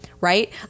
Right